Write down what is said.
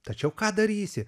tačiau ką darysi